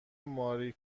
ماری